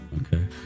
Okay